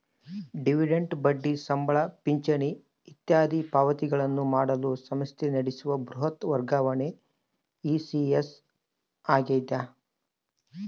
dividend ಬಡ್ಡಿ ಸಂಬಳ ಪಿಂಚಣಿ ಇತ್ಯಾದಿ ಪಾವತಿಗಳನ್ನು ಮಾಡಲು ಸಂಸ್ಥೆ ನಡೆಸುವ ಬೃಹತ್ ವರ್ಗಾವಣೆ ಇ.ಸಿ.ಎಸ್ ಆಗ್ಯದ